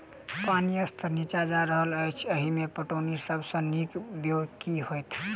पानि स्तर नीचा जा रहल अछि, एहिमे पटौनीक सब सऽ नीक ब्योंत केँ होइत?